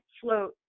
float